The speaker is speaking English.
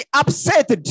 upset